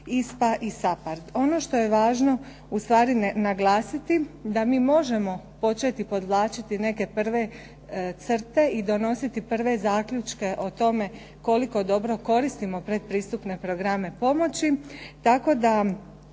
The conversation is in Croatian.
ISPA i SAPARD. Ono što je važno ustvari naglasiti, da mi možemo početi podvlačiti neke prve crte i donositi prve zaključke o tome koliko dobro koristimo pretpristupne programe pomoći